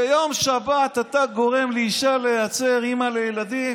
ביום שבת אתה גורם לאישה להיעצר, אימא לילדים?